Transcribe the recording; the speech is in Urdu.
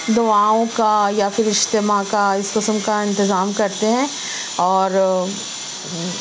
دعاؤں کا یا پھر اجتماع کا اس قسم کا انتظام کرتے ہیں اور